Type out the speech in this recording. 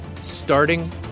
starting